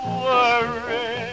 worry